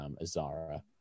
Azara